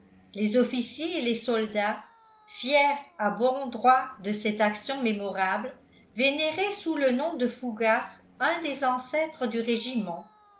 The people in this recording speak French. les officiers et les soldats fiers à bon droit de cette action mémorable vénéraient sous le nom de fougas un des ancêtres du régiment